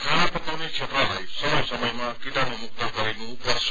खना पकाउने क्षेत्रलाई समय समयमाकिटाणु मुक्त गरिनु पर्छ